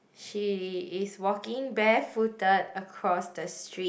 she is walking barefooted across the street